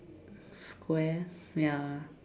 square ya